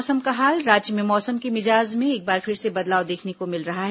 मौसम राज्य में मौसम के मिजाज में एक बार फिर से बदलाव देखने को मिल रहा है